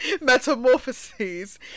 Metamorphoses